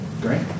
Great